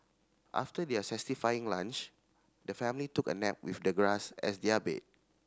after their satisfying lunch the family took a nap with the grass as their bed